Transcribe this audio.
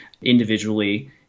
individually